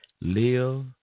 live